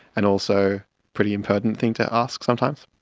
and also pretty impertinent thing to ask sometimes.